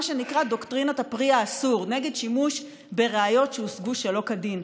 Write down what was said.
מה שנקרא "דוקטרינת הפרי האסור" נגד שימוש בראיות שהושגו שלא כדין.